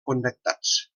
connectats